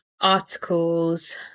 articles